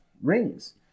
rings